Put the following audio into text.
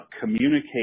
communicate